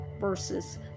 versus